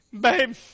Babe